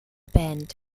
band